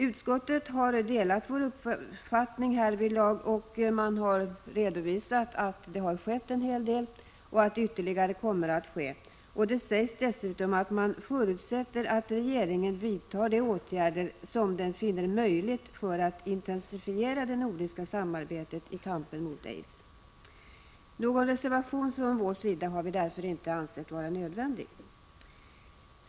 Utskottet har delat vår uppfattning härvidlag, och man har redovisat att det skett en hel del och att mer kommer att ske. Det sägs dessutom i betänkandet att man förutsätter att regeringen gör vad den finner möjligt för att intensifiera det nordiska samarbetet i kampen mot aids. Någon reservation från vår sida har vi därför inte ansett vara nödvändig.